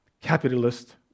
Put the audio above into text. capitalist